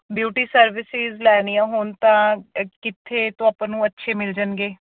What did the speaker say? beauty services ਲੈਣੀਆਂ ਹੋਣ ਤਾਂ ਕਿੱਥੇ ਤੋਂ ਆਪਾਂ ਨੂੰ ਅੱਛੇ ਮਿਲ ਜਾਣਗੇ